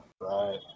Right